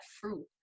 fruit